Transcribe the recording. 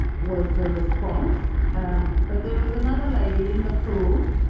was the response. um but there was another lady in the pool,